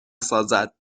سازد